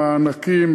המענקים,